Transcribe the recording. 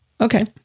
Okay